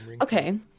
Okay